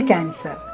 Cancer